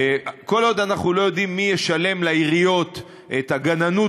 כל עוד אנחנו לא יודעים מי ישלם לעיריות את הגננות,